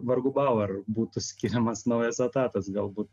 vargu bau ar būtų skiriamas naujas etatas galbūt